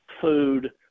food